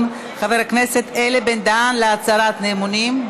חבר הכנסת אלי בן-דהן להצהרת אמונים.